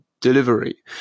delivery